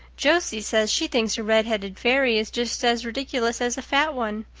josie says she thinks a red-haired fairy is just as ridiculous as a fat one,